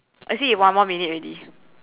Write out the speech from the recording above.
I see it's one more minute already